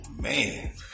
man